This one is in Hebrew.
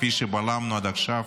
כפי שבלמנו עד עכשיו